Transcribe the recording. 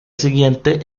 siguiente